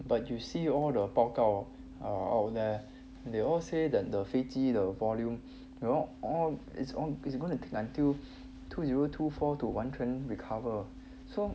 but you see all the 报告 out there they all say that the 飞机 the volume you know all its own is gonna take until two zero two four to 完全 recover so